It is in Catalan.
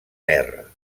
terra